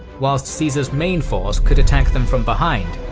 whilst caesar's main force could attack them from behind.